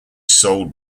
sold